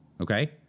Okay